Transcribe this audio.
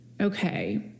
okay